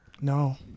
No